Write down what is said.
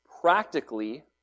practically